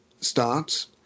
starts